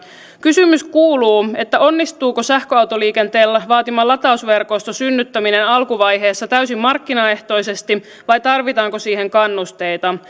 kysymys kuuluu onnistuuko sähköautoliikenteen vaatima latausverkoston synnyttäminen alkuvaiheessa täysin markkinaehtoisesti vai tarvitaanko siihen kannusteita